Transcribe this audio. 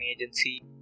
agency